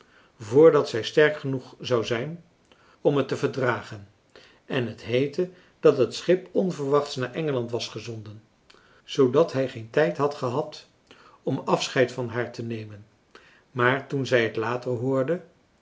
voordat zij sterk genoeg zou zijn om het te verdragen en het heette dat het schip onverwachts naar engeland was gezonden zoodat hij geen tijd had gehad om afscheid van haar te nemen maar toen zij het later hoorde